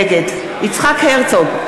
נגד יצחק הרצוג,